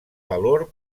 valor